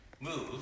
move